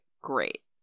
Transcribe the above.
great